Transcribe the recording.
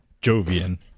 Jovian